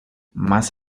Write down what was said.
más